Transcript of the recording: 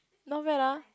not bad lah